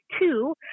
two